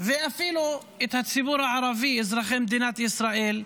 ואפילו את הציבור הערבי, אזרחי מדינת ישראל.